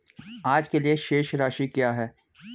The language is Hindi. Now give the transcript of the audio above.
आज के लिए शेष राशि क्या है?